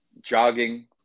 jogging